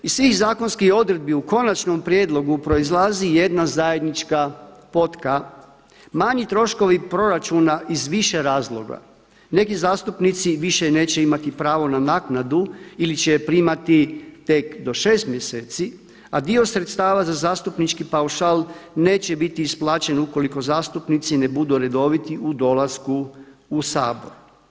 Iz svih zakonskih odredbi u konačnom prijedlogu proizlazi jedna zajednička potka, manji troškovi proračuna iz više razloga, neki zastupnici više neće imati pravo na naknadu ili će je primati tek do 6 mjeseci a dio sredstava za zastupnički paušal neće biti isplaćen ukoliko zastupnici ne budu redoviti u dolasku u Sabor.